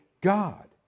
God